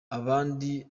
abandi